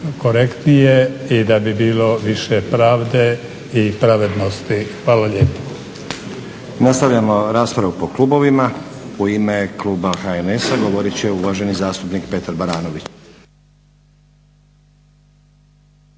korektnije i da bi bilo više pravde i pravednosti. Hvala lijepo. **Stazić, Nenad (SDP)** Nastavljamo raspravu po klubovima. U ime kluba HNS-a govorit će uvaženi zastupnik Petar Baranović.